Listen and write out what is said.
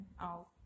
out